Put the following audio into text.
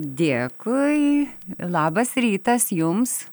dėkui labas rytas jums